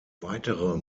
weitere